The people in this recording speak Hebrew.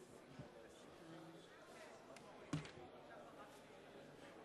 תדפוק רק לשר